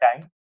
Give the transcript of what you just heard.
time